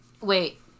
Wait